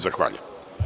Zahvaljujem.